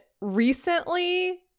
recently